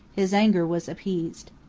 his anger was appeased.